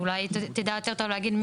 אולי היא תדע יותר טוב להגיד.